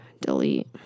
Delete